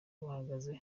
bahagaze